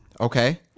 Okay